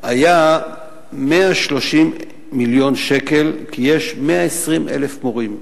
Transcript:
זה היה 130 מיליון שקל, כי יש 120,000 מורים.